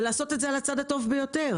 ולעשות את זה על הצד הטוב ביותר.